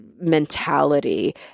mentality